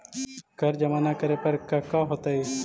कर जमा ना करे पर कका होतइ?